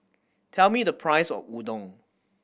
tell me the price of Udon